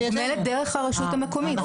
היא מתוגמלת דרך הרשות המקומית.